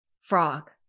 Frog